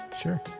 sure